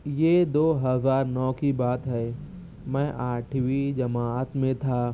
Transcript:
یہ دو ہزار نو کی بات ہے میں آٹھویں جماعت میں تھا